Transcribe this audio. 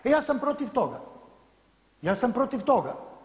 Ja sam protiv toga, ja sam protiv toga.